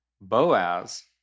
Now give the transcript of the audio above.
Boaz